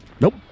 Nope